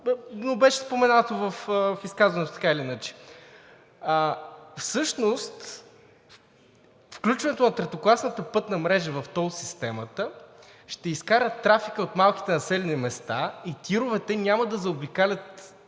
но беше споменато в изказването така или иначе. Всъщност включването на третокласната пътна мрежа в тол системата ще изкара трафика от малките населени места и тировете няма да заобикалят